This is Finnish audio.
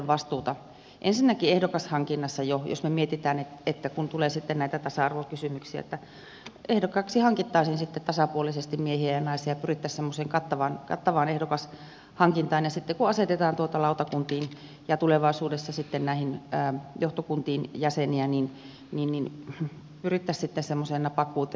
jos me mietimme että tulee sitten näitä tasa arvokysymyksiä niin ensinnäkin ehdokashankinnassa jo ehdokkaaksi hankittaisiin tasapuolisesti miehiä ja naisia ja pyrittäisiin semmoiseen kattavaan ehdokashankintaan ja sitten kun asetetaan lautakuntiin ja tulevaisuudessa näihin johtokuntiin jäseniä niin pyrittäisiin sitten semmoiseen napakkuuteen ja tarkkuuteen